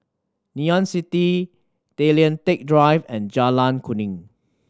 Ngee Ann City Tay Lian Teck Drive and Jalan Kuning